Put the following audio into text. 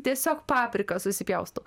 tiesiog paprika susipjaustau